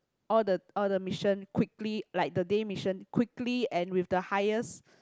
all the all the missions quickly like the day mission quickly and with the highest